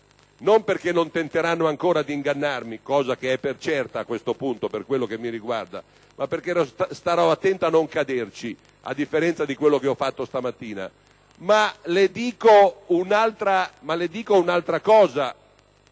non perché non tenteranno ancora di ingannarmi - cosa che è certa, per quello che mi riguarda - ma perché starò attento a non caderci, a differenza di quanto ho fatto questa mattina. Le dico un'altra cosa.